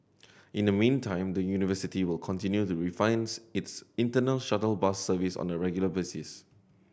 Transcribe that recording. in the meantime the university will continue the refines its internal shuttle bus service on a regular basis